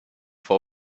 for